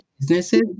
businesses